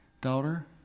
Daughter